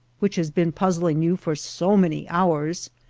which has been puzzling you for so many hours,